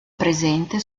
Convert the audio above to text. presente